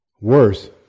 worse